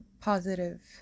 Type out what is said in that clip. positive